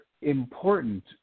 important